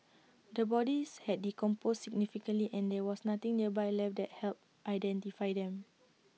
the bodies had decomposed significantly and there was nothing nearby left that helped identify them